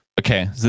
Okay